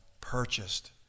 purchased